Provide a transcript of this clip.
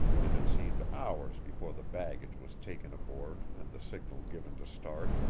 and it seemed hours before the baggage was taken aboard and the signal given to start.